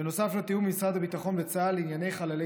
בנוסף לתיאום עם משרד הביטחון וצה"ל לענייני חללי